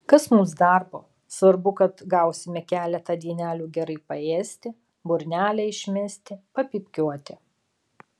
kas mums darbo svarbu kad gausime keletą dienelių gerai paėsti burnelę išmesti papypkiuoti